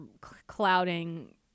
clouding